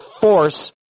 force